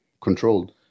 controlled